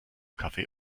kaffee